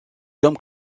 tom